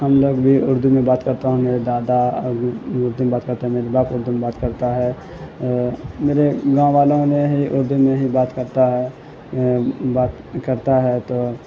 ہم لوگ بھی اردو میں بات کرتا ہوں میرے دادا وہ اردو میں بات کرتے ہیں میرے باپ اردو میں بات کرتا ہے میرے گاؤں والوں نے ہی اردو میں ہی بات کرتا ہے بات کرتا ہے تو